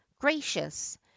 gracious